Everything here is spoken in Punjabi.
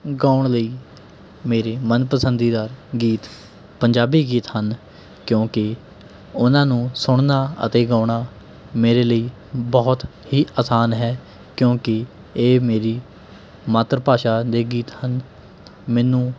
ਗਾਉਣ ਲਈ ਮੇਰੇ ਮਨਪਸੰਦੀਦਾ ਗੀਤ ਪੰਜਾਬੀ ਗੀਤ ਹਨ ਕਿਉਂਕਿ ਉਨ੍ਹਾਂ ਨੂੰ ਸੁਣਨਾ ਅਤੇ ਗਾਉਣਾ ਮੇਰੇ ਲਈ ਬਹੁਤ ਹੀ ਆਸਾਨ ਹੈ ਕਿਉਂਕਿ ਇਹ ਮੇਰੀ ਮਾਤਰ ਭਾਸ਼ਾ ਦੇ ਗੀਤ ਹਨ ਮੈਨੂੰ